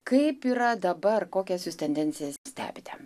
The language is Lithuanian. kaip yra dabar kokias jūs tendencijas stebite